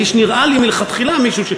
האיש נראה לי מלכתחילה מישהו,